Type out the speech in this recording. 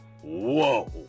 Whoa